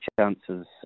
chances